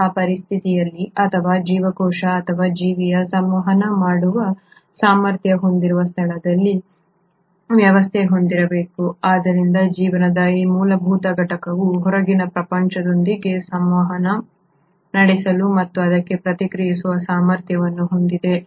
ಅಂತಹ ಪರಿಸ್ಥಿತಿಯಲ್ಲಿ ಜೀವಕೋಶ ಅಥವಾ ಜೀವಿಯು ಸಂವಹನ ಮಾಡುವ ಸಾಮರ್ಥ್ಯವನ್ನು ಹೊಂದಿರುವ ಸ್ಥಳದಲ್ಲಿ ವ್ಯವಸ್ಥೆಯನ್ನು ಹೊಂದಿರಬೇಕು ಆದ್ದರಿಂದ ಜೀವನದ ಈ ಮೂಲಭೂತ ಘಟಕವು ಹೊರಗಿನ ಪ್ರಪಂಚದೊಂದಿಗೆ ಸಂವಹನ ನಡೆಸಲು ಮತ್ತು ಅದಕ್ಕೆ ಪ್ರತಿಕ್ರಿಯಿಸುವ ಸಾಮರ್ಥ್ಯವನ್ನು ಹೊಂದಿದೆ